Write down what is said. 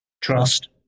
trust